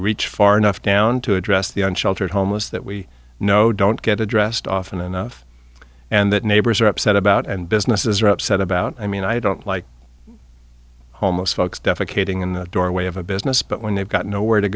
reach far enough down to address the unsheltered homeless that we know don't get addressed often enough and that neighbors are upset about and businesses are upset about i mean i don't like halmos folks deaf a catering in the doorway of a business but when they've got no where to